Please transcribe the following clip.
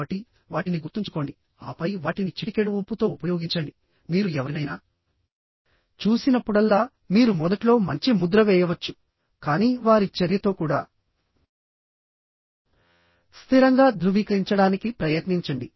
కాబట్టి వాటిని గుర్తుంచుకోండి ఆపై వాటిని చిటికెడు ఉప్పుతో ఉపయోగించండి మీరు ఎవరినైనా చూసినప్పుడల్లా మీరు మొదట్లో మంచి ముద్ర వేయవచ్చు కానీ వారి చర్యతో కూడా స్థిరంగా ధృవీకరించడానికి ప్రయత్నించండి